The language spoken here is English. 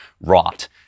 rot